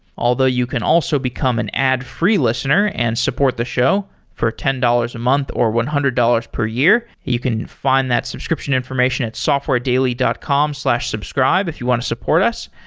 although you can also become an ad-free listener and support the show for ten dollars a month, or one hundred dollars per year. you can find that subscription information at softwaredaily dot com slash subscribe if you want to support us.